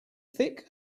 thick